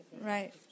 Right